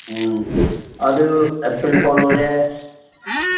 ꯎꯝ ꯑꯗꯨ ꯑꯦꯄ꯭ꯔꯤꯜꯐꯥꯎ ꯂꯣꯏꯔꯦ